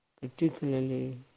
particularly